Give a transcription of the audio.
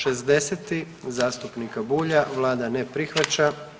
60. zastupnika Bulja, vlada ne prihvaća.